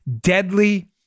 deadly